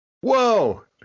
whoa